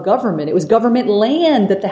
government it was government land that the